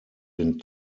den